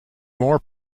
more